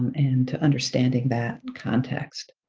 and to understanding that context.